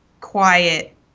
quiet